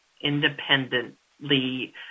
independently